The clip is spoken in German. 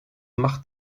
mach